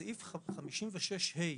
בסעיף 56(ה)